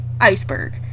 iceberg